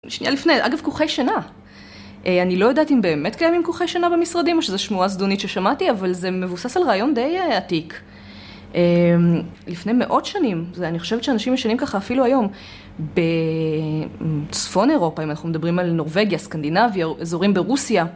שנייה לפני, אגב כוכי שינה, אני לא יודעת אם באמת קיימים כוכי שינה במשרדים או שזה שמועה זדונית ששמעתי אבל זה מבוסס על רעיון די עתיק, לפני מאות שנים, אני חושבת שאנשים ישנים ככה אפילו היום, בצפון אירופה, אם אנחנו מדברים על נורווגיה, סקנדינביה, אזורים ברוסיה